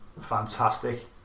fantastic